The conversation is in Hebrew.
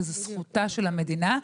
שזאת זכותה של המדינה,